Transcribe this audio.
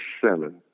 seven